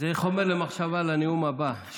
חומר למחשבה לנאום הבא.